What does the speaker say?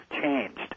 changed